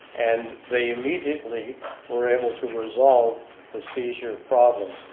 and they immediately were able to resolve the seizure problem.